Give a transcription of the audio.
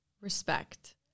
Respect